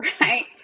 right